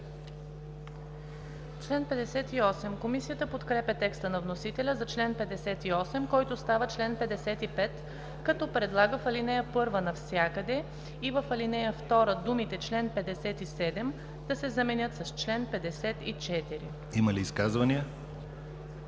Има ли изказвания?